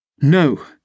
No